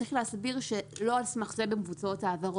צריך להסביר שלא על סמך זה מבוצעות ההעברות.